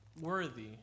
worthy